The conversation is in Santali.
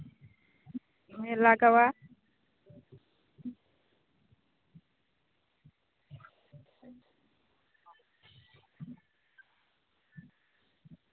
ᱞᱟᱜᱟᱣᱟ